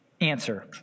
Answer